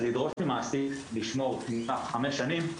אז לדרוש ממעסיק לשמור מסמך במשך חמש שנים,